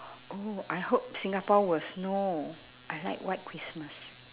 oh I hope singapore will snow I like white christmas